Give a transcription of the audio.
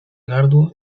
gardło